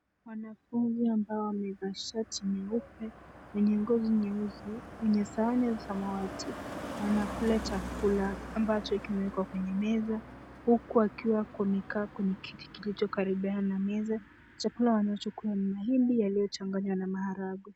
Wanafunzi ambao wamevaa shati nyeupe wenye ngozi nyeusi kwenye sahani ya samawati wanakula chakula ambacho kimewekwa kwenye meza huku wakiwa wamekaa kwenye kiti kilichokaribiana na meza. Chakula wanachokula ni mahindi yaliyochanganywa na maharagwe.